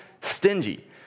stingy